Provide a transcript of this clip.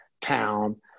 town